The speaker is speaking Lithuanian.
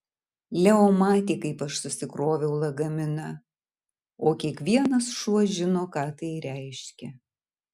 leo matė kaip aš susikroviau lagaminą o kiekvienas šuo žino ką tai reiškia